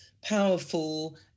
powerful